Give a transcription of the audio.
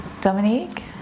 Dominique